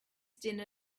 dinner